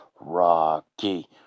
Rocky